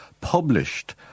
published